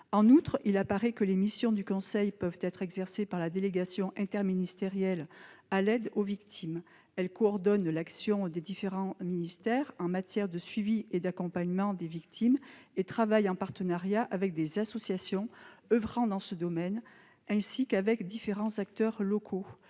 En outre, il apparaît que les missions du CNAV peuvent être exercées par la délégation interministérielle à l'aide aux victimes, qui coordonne l'action des différents ministères en matière de suivi et d'accompagnement des victimes et travaille en partenariat avec des associations oeuvrant dans ce domaine et différents acteurs locaux.